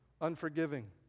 unforgiving